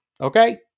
okay